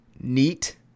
neat